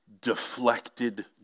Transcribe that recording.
deflected